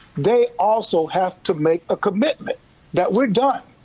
they also have to make a commitment that we're done.